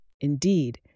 Indeed